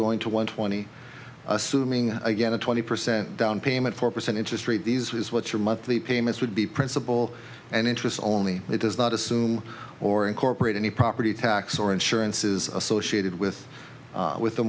going to one twenty assuming again a twenty percent down payment four percent interest rate these was what your monthly payments would be principal and interest only it does not assume or incorporate any property tax or insurances associated with with